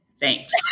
Thanks